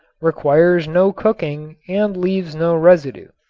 requires no cooking and leaves no residue.